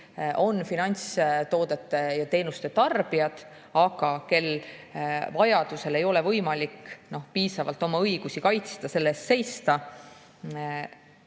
on finantstoodete ja -teenuste tarbijad, aga kel vajaduse korral ei ole võimalik piisavalt oma õigusi kaitsta, selle eest seista.